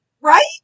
Right